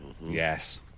Yes